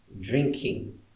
drinking